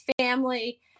family